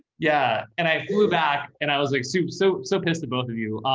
yeah, and i flew back and i was like, super, so, so pissed to both of you.